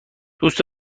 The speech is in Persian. دوست